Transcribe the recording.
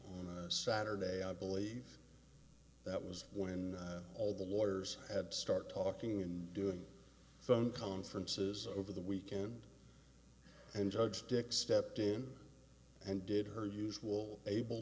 on saturday i believe that was when all the lawyers had to start talking and doing phone conferences over the weekend and judge dick stepped in and gave her usual able